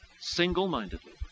single-mindedly